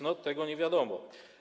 No, tego nie wiadomo.